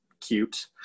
cute